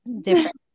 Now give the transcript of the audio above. different